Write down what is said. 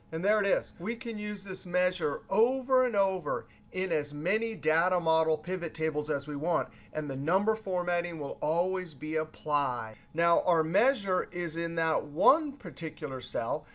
and there it is. we can use this measure over and over in as many data model pivot tables as we want, and the number formatting will always be applied. now, our measure is in that one particular cell.